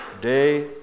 day